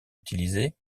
utilisées